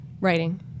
Writing